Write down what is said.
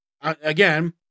again